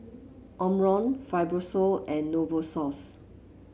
Omron Fibrosol and Novosource